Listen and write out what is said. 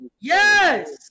Yes